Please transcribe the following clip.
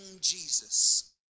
jesus